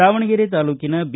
ದಾವಣಗೆರೆ ತಾಲೂಕಿನ ಬಿ